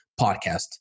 podcast